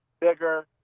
bigger